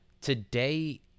today